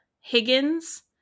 higgins